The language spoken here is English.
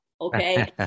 okay